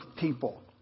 people